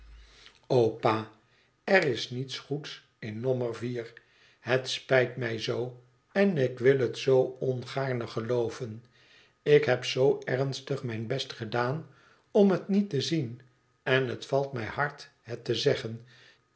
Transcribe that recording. pa er is niets goed in nommer vier i het spijt mij zoo en ik wil het zoo ongaarne gelooven ik heb zoo ernstig mijn best gedaan om het niet te zien en het valt mij hard het te zeggen